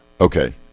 Okay